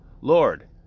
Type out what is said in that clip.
Lord